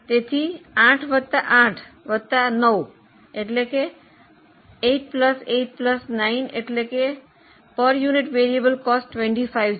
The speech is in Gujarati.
તેથી 8 વત્તા 8 વત્તા 9 889 એટલે કે એકમ દીઠ ચલિત ખર્ચ 25 છે